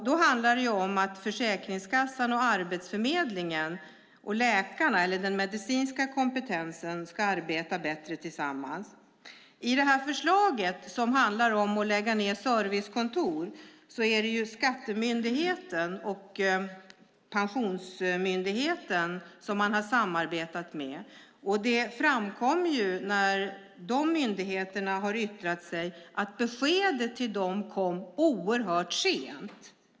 Det handlar om att Försäkringskassan, Arbetsförmedlingen och läkarna eller den medicinska kompetensen ska arbeta bättre tillsammans. I detta förslag, som handlar om att lägga ned servicekontor, är det Skatteverket och Pensionsmyndigheten man har samarbetat med. Det framkommer när dessa myndigheter yttrar sig att beskedet till dem kom oerhört sent.